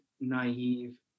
naive